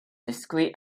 discrete